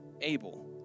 Abel